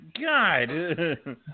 god